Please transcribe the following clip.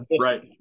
Right